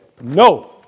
no